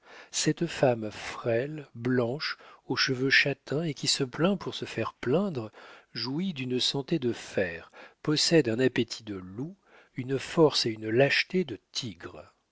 cette femme frêle blanche aux cheveux châtains et qui se plaint pour se faire plaindre jouit d'une santé de fer possède un appétit de loup une force et une lâcheté de tigre